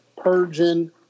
Purging